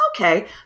Okay